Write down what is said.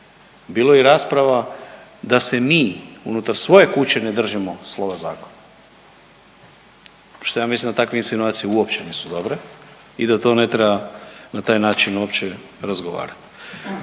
Bilo je i rasprava da se mi unutar svoje kuće ne držimo slova zakona što ja mislim da takve insinuacije uopće nisu dobre i da to ne treba na taj način uopće razgovarati,